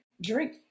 Drink